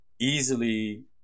easily